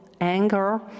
anger